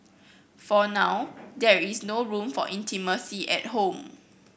for now there is no room for intimacy at home